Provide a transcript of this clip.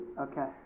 Okay